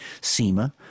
SEMA